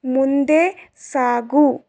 ಮುಂದೆ ಸಾಗು